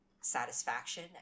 satisfaction